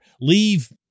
leave